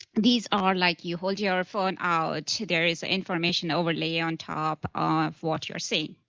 these are like you hold your phone out there is ah information overlay on top of what you're seeing.